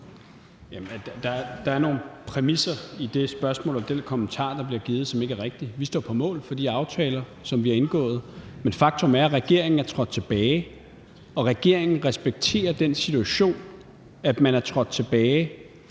Der er nogle præmisser i det spørgsmål og i den kommentar, der bliver givet, som ikke er rigtige. Vi står på mål for de aftaler, som vi har indgået. Men faktum er, at regeringen er trådt tilbage, og regeringen respekterer den situation, at man er trådt tilbage